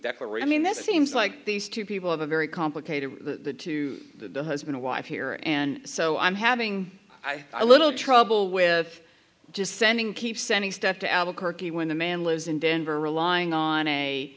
declaration mean that seems like these two people have a very complicated the to the husband wife here and so i'm having my little trouble with just sending keep sending stuff to albuquerque when the man lives in denver relying on a